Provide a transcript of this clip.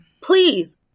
please